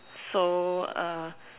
so err